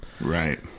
Right